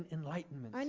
enlightenment